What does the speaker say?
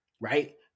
right